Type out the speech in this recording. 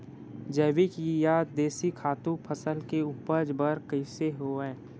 जैविक या देशी खातु फसल के उपज बर कइसे होहय?